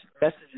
messages